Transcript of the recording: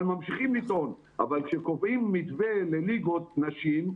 אבל קובעים מתווה לליגות נשים,